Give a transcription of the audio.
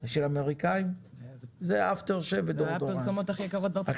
זה אפטר שייב ודיאודורנט.